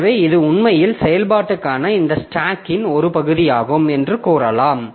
எனவே இது உண்மையில் செயல்பாட்டுக்கான இந்த ஸ்டாக்கின் ஒரு பகுதியாகும் என்று கூறலாம்